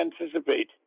anticipate